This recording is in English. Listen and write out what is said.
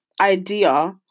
idea